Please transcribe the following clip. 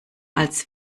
als